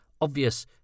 obvious